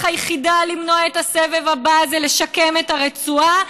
היחידה למנוע את הסבב הבא זה לשקם את הרצועה,